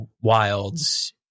Wilds